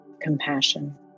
compassion